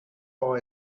اقا